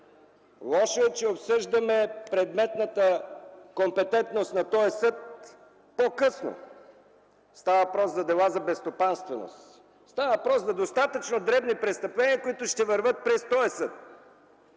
Лошо е, че обсъждаме предметната компетентност на този съд по-късно – става въпрос за дела за безстопанственост. Става въпрос за достатъчно дребни престъпления, които ще вървят през този съд.